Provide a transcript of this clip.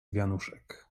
wianuszek